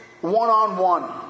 one-on-one